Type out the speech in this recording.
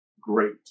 great